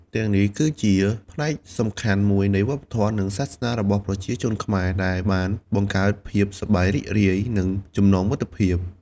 ទាំងនេះគឺជាផ្នែកសំខាន់មួយនៃវប្បធម៌ និងសាសនារបស់ប្រជាជនខ្មែរ ដែលបានបង្កើតភាពសប្បាយរីករាយ និងចំណងមិត្តភាព។